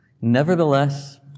Nevertheless